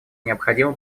необходимо